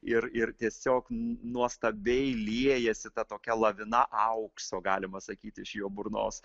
ir ir tiesiog nuostabiai liejasi ta tokia lavina aukso galima sakyti iš jo burnos